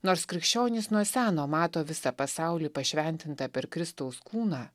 nors krikščionys nuo seno mato visą pasaulį pašventintą per kristaus kūną